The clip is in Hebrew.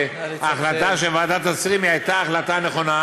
שההחלטה של ועדת השרים הייתה החלטה נכונה,